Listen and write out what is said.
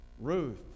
Ruth